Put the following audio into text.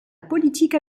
politique